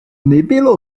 nebylo